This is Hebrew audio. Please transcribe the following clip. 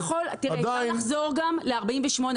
עדיין --- אפשר לחזור גם ל-48',